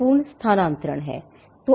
एक पूर्ण स्थानांतरण है